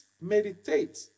meditate